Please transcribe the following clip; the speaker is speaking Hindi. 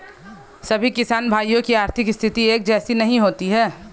सभी किसान भाइयों की आर्थिक स्थिति एक जैसी नहीं होती है